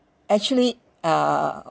actually uh